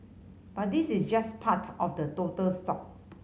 but this is just part of the total stock